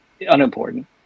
unimportant